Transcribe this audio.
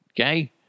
Okay